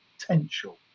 potential